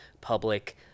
public